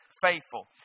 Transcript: faithful